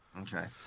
Okay